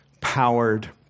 powered